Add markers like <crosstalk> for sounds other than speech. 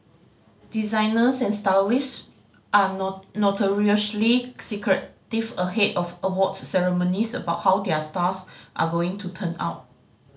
designers and stylists are <unintelligible> notoriously secretive ahead of awards ceremonies about how their stars are going to turn out